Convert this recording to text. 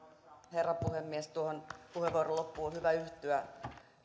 herra puhemies tuohon puheenvuoron loppuun on hyvä yhtyä